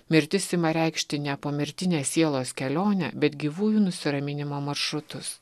mirtis ima reikšti ne pomirtinę sielos kelionę bet gyvųjų nusiraminimo maršrutus